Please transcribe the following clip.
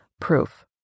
proof